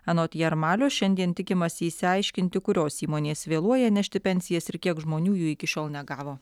anot jarmalio šiandien tikimasi išsiaiškinti kurios įmonės vėluoja nešti pensijas ir kiek žmonių jų iki šiol negavo